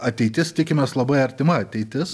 ateitis tikimės labai artima ateitis